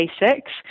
basics